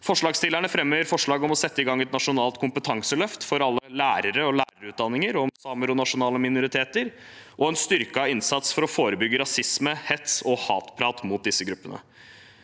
Forslagsstillerne fremmer forslag om å sette i gang et nasjonalt kompetanseløft for alle lærere og lærerutdanninger om samer og nasjonale minoriteter og en styrket innsats for å forebygge rasisme, hets og hatprat mot disse gruppene.